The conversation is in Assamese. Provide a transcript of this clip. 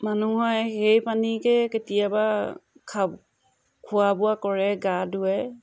মানুহে সেই পানীকে কেতিয়াবা খাব খোৱা বোৱা কৰে গা ধোৱে